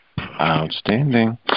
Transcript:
Outstanding